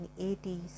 1980s